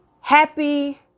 happy